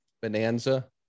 Bonanza